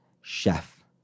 chef